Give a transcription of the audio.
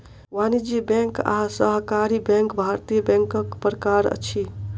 वाणिज्य बैंक आ सहकारी बैंक भारतीय बैंकक प्रकार अछि